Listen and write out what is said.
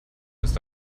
ist